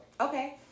Okay